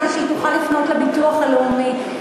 כדי שהיא תוכל לפנות לביטוח הלאומי.